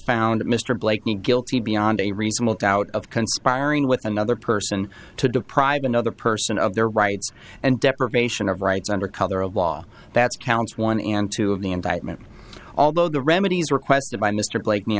found mr blakeney guilty beyond a reasonable doubt of conspiring with another person to deprive another person of their rights and deprivation of rights under color of law that's counts one and two of the indictment although the remedies requested by mr blake